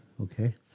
okay